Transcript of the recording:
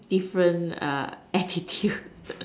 different attitude